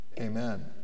Amen